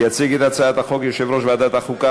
יציג את הצעת החוק יושב-ראש ועדת החוקה,